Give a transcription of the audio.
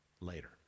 later